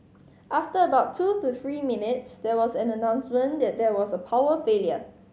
after about two to three minutes there was an announcement that there was a power failure